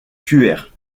cuers